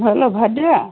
hello Vadra